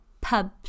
pub